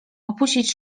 opuścić